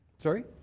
sorry?